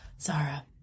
Zara